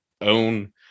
own